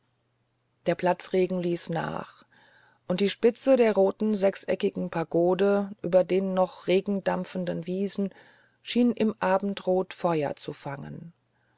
der platzregen ließ nach und die spitze der roten sechseckigen pagode über den noch regendampfenden wiesen schien im abendrot feuer zu fangen